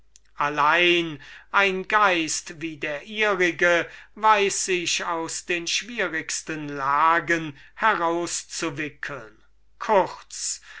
allein ein geist wie der ihrige weiß sich aus den schwierigsten situationen herauszuwickeln und